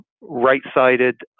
right-sided